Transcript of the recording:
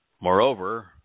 Moreover